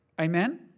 Amen